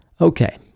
Okay